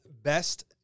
Best